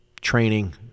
training